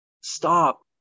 stop